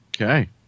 Okay